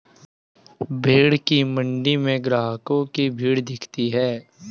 भेंड़ की मण्डी में ग्राहकों की भीड़ दिखती है